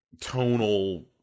tonal